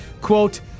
quote